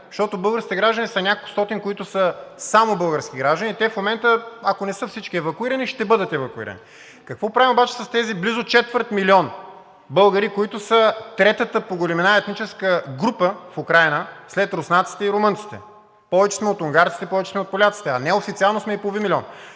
но не български граждани, защото са няколкостотин, които са само български граждани, а те в момента, ако не са всички евакуирани, ще бъдат евакуирани. Какво правим обаче с тези близо четвърт милион българи, които са третата по големина етническа група в Украйна след руснаците и румънците? Повече сме от унгарците, повече сме от поляците, а неофициално сме и половин милион!